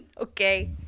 okay